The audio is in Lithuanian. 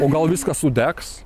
o gal viskas sudegs